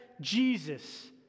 Jesus